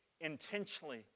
intentionally